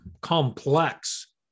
complex